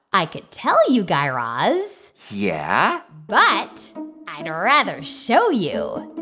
i could tell you, guy raz yeah? but i'd rather show you